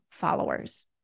followers